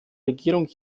regierung